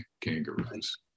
kangaroos